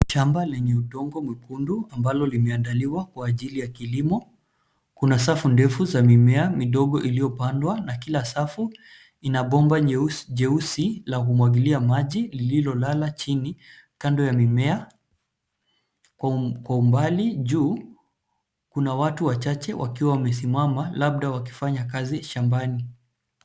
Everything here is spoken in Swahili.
Shamba lenye udongo mwekundu ambalo limeandaliwa kwa ajili ya kilimo , kuna safu ndefu za mimea midogo iliyopandwa, na kila safu ina bomba jeusi la kumwangilia maji lililolala chini kando ya mimea . Kwa umbali juu, kuna watu wachache wakiwa wamesimama, labda wakifanya kazi shambani.